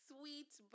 sweet